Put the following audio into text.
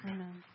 Amen